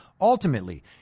ultimately